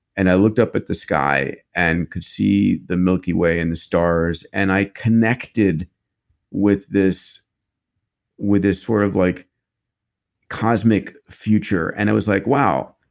and i looked up at the sky and could see the milky way and the stars. and i connected with this with this sort of like cosmic future. and i was like, wow.